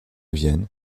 vienne